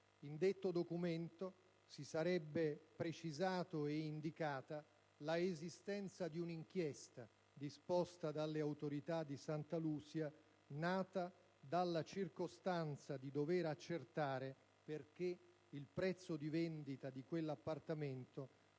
In detto documento, si sarebbe precisata e indicata l'esistenza di un'inchiesta disposta dalle autorità di Santa Lucia, nata dalla circostanza di dover accertare perché il prezzo di vendita di quell'appartamento